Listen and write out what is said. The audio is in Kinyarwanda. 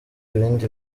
ibindi